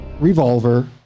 revolver